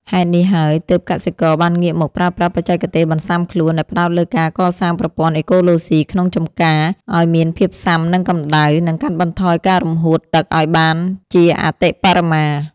ហេតុនេះហើយ ទើបកសិករបានងាកមកប្រើប្រាស់បច្ចេកទេសបន្ស៊ាំខ្លួនដែលផ្ដោតលើការកសាងប្រព័ន្ធអេកូឡូស៊ីក្នុងចម្ការឱ្យមានភាពស៊ាំនឹងកម្ដៅ និងកាត់បន្ថយការរំហួតទឹកឱ្យបានជាអតិបរមា។